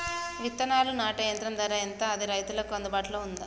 విత్తనాలు నాటే యంత్రం ధర ఎంత అది రైతులకు అందుబాటులో ఉందా?